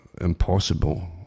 impossible